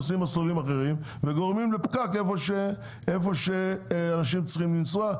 נוסעים מסלולים אחרים וגורמים לפקק איפה שאנשים צריכים לנסוע,